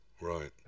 Right